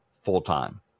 full-time